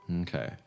Okay